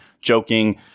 joking